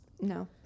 no